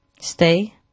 stay